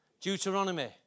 Deuteronomy